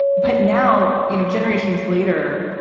but now, you know, generations later,